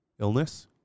illness